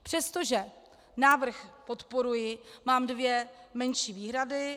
Přestože návrh podporuji, mám dvě menší výhrady.